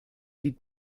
die